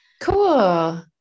cool